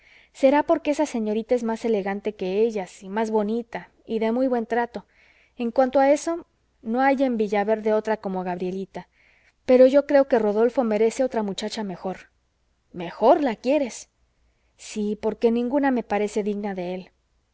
será porque esa señorita es más elegante que ellas y más bonita y de muy buen trato en cuanto a eso no hay en villaverde otra como gabrielita pero yo creo que rodolfo merece otra muchacha mejor mejor la quieres sí porque ninguna me parece digna de él